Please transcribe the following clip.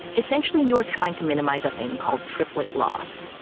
essentially, you are trying to minimize a thing called triplet loss.